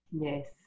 Yes